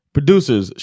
Producers